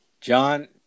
John